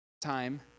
time